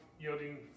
yielding